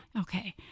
Okay